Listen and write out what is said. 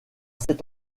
cette